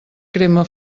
crema